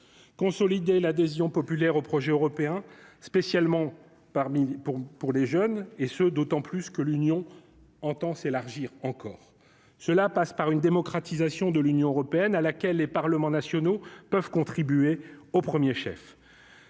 consolider l'adhésion populaire au projet européen, spécialement parmi pour pour les jeunes et ce d'autant plus que l'Union entend s'élargir encore, cela passe par une démocratisation de l'Union européenne, à laquelle les parlements nationaux peuvent contribuer au 1er chef